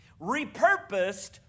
Repurposed